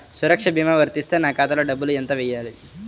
సురక్ష భీమా వర్తిస్తే నా ఖాతాలో డబ్బులు ఎంత వేయాలి?